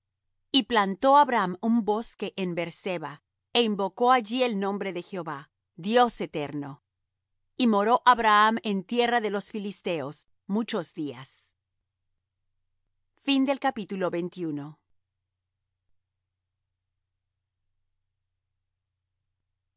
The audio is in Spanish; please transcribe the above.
y plantó abraham un bosque en beer-seba é invocó allí el nombre de jehová dios eterno y moró abraham en tierra de los filisteos muchos días y